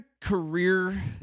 career